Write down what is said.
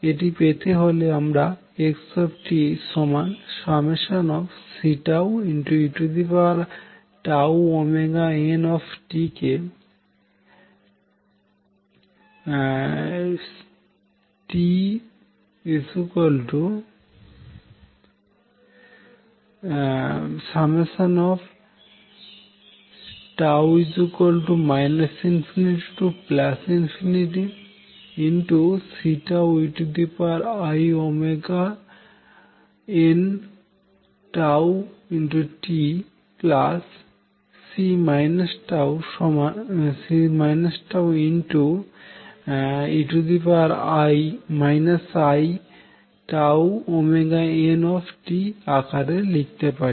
এই পেতে হলে আমরা x Ceiτωt কে τ ∞CeiτωtC τe iτωt আকারে লিখতে পারি